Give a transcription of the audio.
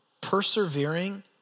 persevering